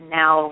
now